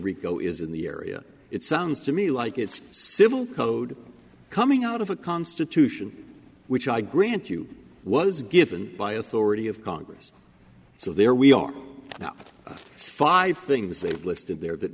rico is in the area it sounds to me like it's civil code coming out of a constitution which i grant you was given by authority of congress so there we are now five things they listed there that